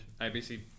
ibc